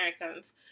Americans